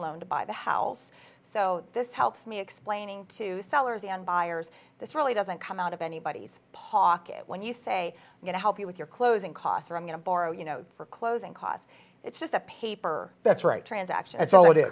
loan to buy the house so this helps me explaining to sellers and buyers this really doesn't come out of anybody's pocket when you say going to help you with your closing costs or i'm going to borrow you know for closing costs it's just a paper that's right transaction